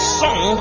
song